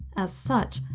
as such,